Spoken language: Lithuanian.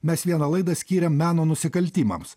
mes vieną laidą skyrėm meno nusikaltimams